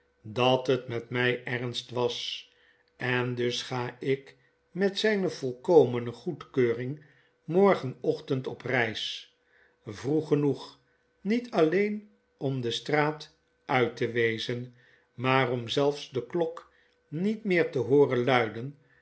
dat het met mij ernst was en dus ga ik met zijne volkomene goedkeuring morgenochtend op reis vroeg genoeg niet alleen om de straat uit te wezen maar om zelfs de klok niet meer te hooren luiden